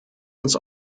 uns